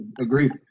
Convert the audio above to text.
Agreed